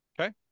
Okay